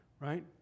right